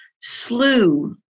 slew